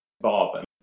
Bob